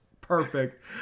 perfect